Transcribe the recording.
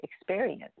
experience